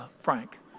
Frank